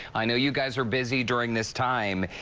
i know you guys are busy during this time.